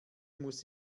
muss